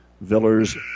Villers